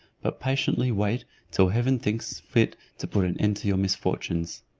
but patiently wait till heaven thinks fit to put an end to your misfortunes.